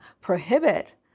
prohibit